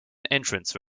entrance